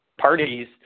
parties